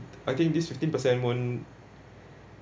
I think this fifteen won't